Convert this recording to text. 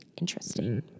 interesting